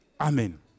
Amen